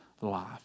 life